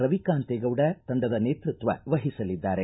ರವಿಕಾಂತೇಗೌಡ ತಂಡದ ನೇತೃತ್ವ ವಹಿಸಲಿದ್ದಾರೆ